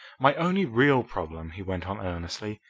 my only real problem, he went on earnestly,